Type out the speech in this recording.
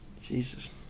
Jesus